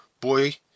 boy